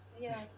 Yes